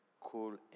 cool